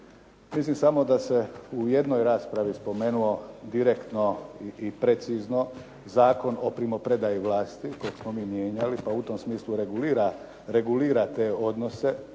Mislim samo da se u jednoj raspravi spomenuo direktno i precizno Zakon o primopredaji vlasti kojeg smo mi mijenjali, pa u tom smislu regulira te odnose.